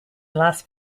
las